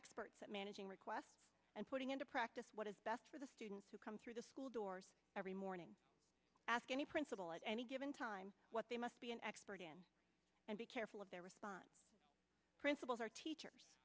experts at managing requests and putting into practice what is best for the students who come through the school doors every morning ask any principal at any given time what they must be an expert in and be careful of their response principals are teachers